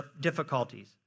difficulties